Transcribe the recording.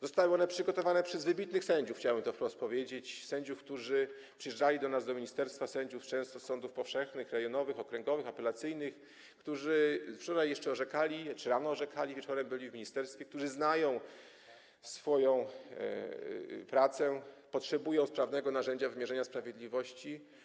Zostały one przygotowane przez wybitnych sędziów, chciałbym to powiedzieć wprost, sędziów, którzy przyjeżdżali do nas do ministerstwa, często sędziów z sądów powszechnych, rejonowych, okręgowych, apelacyjnych, którzy jeszcze wczoraj czy rano orzekali, a wieczorem byli w ministerstwie, którzy znają swoją pracę i potrzebują sprawnego narzędzia do wymierzania sprawiedliwości.